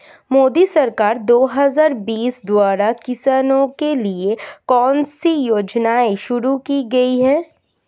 मोदी सरकार दो हज़ार बीस द्वारा किसानों के लिए कौन सी योजनाएं शुरू की गई हैं?